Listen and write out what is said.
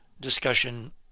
discussion